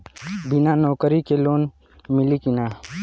बिना नौकरी के लोन मिली कि ना?